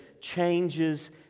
changes